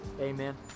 Amen